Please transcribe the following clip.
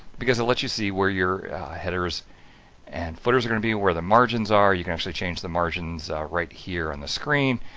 because it lets you see where your headers and footers are going to be, where the margins are, you can actually change the margins right here on the screen,